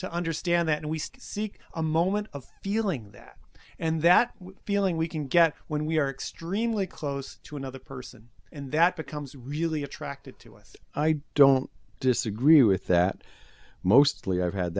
to understand that we seek a moment of feeling that and that feeling we can get when we are extremely close to another person and that becomes really attracted to us i don't disagree with that mostly i've had